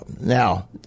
now